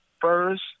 first